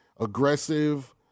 aggressive